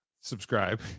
subscribe